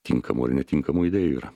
tinkamų ar netinkamų idėjų yra